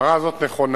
ההערה הזאת נכונה.